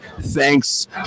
Thanks